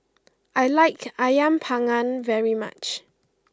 I like Ayam Panggang very much